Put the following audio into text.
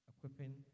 Equipping